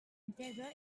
mantega